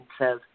says